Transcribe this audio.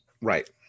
Right